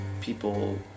people